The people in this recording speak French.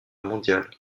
mondiale